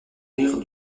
rirent